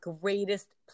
greatest